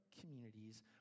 communities